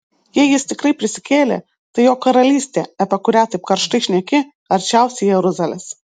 jei jis tikrai prisikėlė tai jo karalystė apie kurią taip karštai šneki arčiausiai jeruzalės